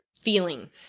feeling